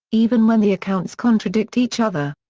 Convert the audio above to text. even when the accounts contradict each other.